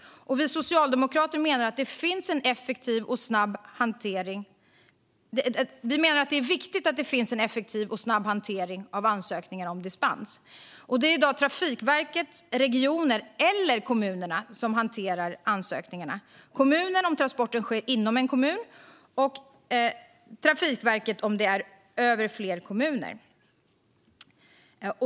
Vi socialdemokrater menar att det är viktigt att det finns en effektiv och snabb hantering av ansökningar om dispens. Det är i dag Trafikverkets regioner eller kommunerna som hanterar ansökningarna. Det är kommunen om transporten sker inom en kommun och Trafikverket om den sker över flera kommuner.